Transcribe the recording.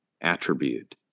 attribute